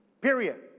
period